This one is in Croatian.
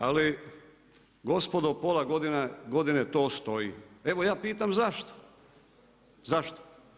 Ali gospodo, pola godine to stoji. evo ja pitam zašto?